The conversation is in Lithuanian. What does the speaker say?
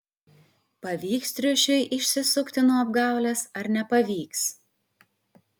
pavyks triušiui išsisukti nuo apgaulės ar nepavyks